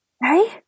Hey